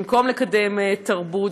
במקום לקדם תרבות,